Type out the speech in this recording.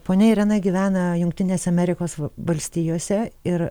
ponia irena gyvena jungtinėse amerikos valstijose ir